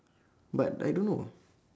but I don't know